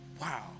wow